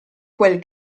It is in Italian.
quel